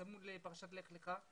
צמוד לפרשת לך לך.